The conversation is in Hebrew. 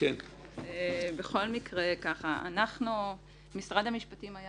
וכל הוראותיו, למעט הוראה ספציפית אחת